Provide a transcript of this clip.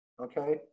okay